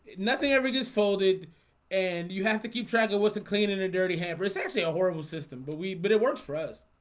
nothing ever. it is folded and you have to keep track of what's a cleaning and a dirty hammer it's actually a horrible system, but we but it works for us.